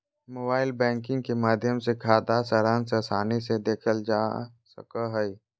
mobile banking के माध्यम से खाता सारांश आसानी से देखल जा सको हय